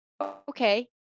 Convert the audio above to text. okay